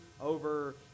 over